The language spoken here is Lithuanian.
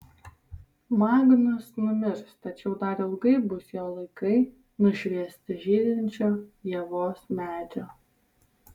magnus numirs tačiau dar ilgai bus jo laikai nušviesti žydinčio ievos medžio